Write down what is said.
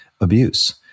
abuse